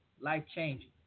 life-changing